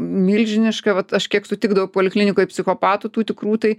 milžiniška vat aš kiek sutikdavau poliklinikoj psichopatų tų tikrų tai